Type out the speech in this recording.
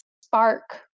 spark